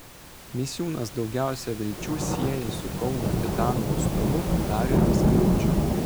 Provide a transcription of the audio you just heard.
misiūnas daugiausia vilčių sieja su kauno titano atstovu dariumi skliaudžiu